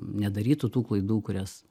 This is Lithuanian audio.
nedarytų tų klaidų kurias